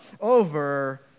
over